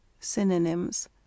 Synonyms